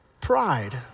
pride